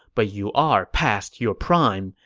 but you are past your prime,